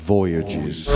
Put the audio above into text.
Voyages